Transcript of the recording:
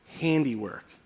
handiwork